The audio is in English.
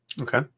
Okay